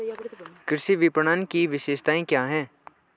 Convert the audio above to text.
कृषि विपणन की विशेषताएं क्या हैं?